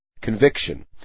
conviction